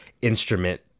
instrument